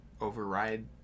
override